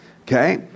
okay